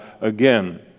again